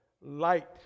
light